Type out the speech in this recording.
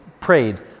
prayed